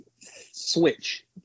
switch